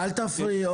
יש.